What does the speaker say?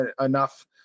enough